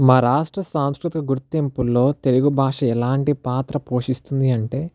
మా రాష్ట్ర సాంస్కృతిక గుర్తింపుల్లో తెలుగు భాష ఎలాంటి పాత్ర పోషిస్తుంది అంటే